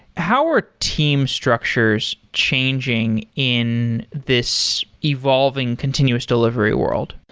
how are team structures changing in this evolving continuous delivery world?